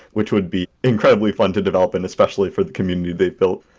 which would be incredibly fun to develop and especially for the community they've built.